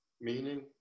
meaning